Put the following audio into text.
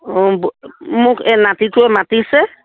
অঁ মোক এই নাতিটোৱে মাতিছে